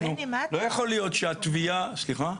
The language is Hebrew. לא יכול להיות שהתביעה --- בני,